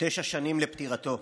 תשע שנים לפטירתו,